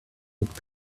looked